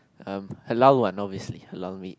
um Halal what obviously Halal meat